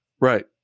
Right